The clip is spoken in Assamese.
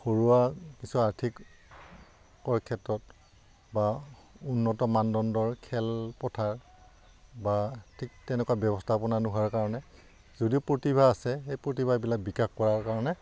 ঘৰুৱা কিছু আৰ্থিক কৰ ক্ষেত্ৰত বা উন্নত মানদণ্ডৰ খেলপথাৰ বা ঠিক তেনেকুৱা ব্যৱস্থাপনা নোহোৱাৰ কাৰণে যদিও প্ৰতিভা আছে সেই প্ৰতিভাবিলাক বিকাশ কৰাৰ কাৰণে